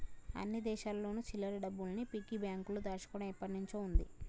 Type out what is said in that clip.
అన్ని దేశాల్లోను చిల్లర డబ్బుల్ని పిగ్గీ బ్యాంకులో దాచుకోవడం ఎప్పటినుంచో ఉంది